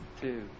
two